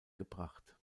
gebracht